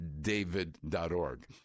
david.org